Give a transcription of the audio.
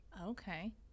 okay